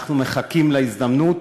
אנחנו מחכים להזדמנות,